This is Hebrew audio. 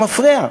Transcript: למפרע.